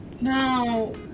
No